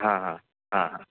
हां हां हां हां